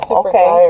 okay